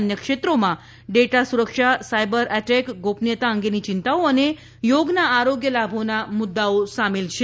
અન્ય ક્ષેત્રોમાં ડેટા સુરક્ષા સાયબર એટેક ગોપનીયતા અંગેની ચિંતાઓ અને યોગના આરોગ્ય લાભોના મુદ્દાઓ શામેલ છે